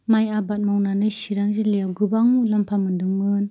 माइ आबाद मावनानै चिरां जिललायाव गोबां मुलाम्फा मोन्दोंमोन